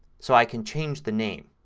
so i can change the name.